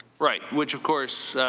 right, which of course